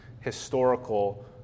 historical